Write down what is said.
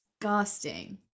disgusting